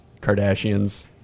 Kardashians